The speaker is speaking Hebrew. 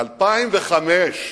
ב-2005.